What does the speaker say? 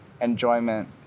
enjoyment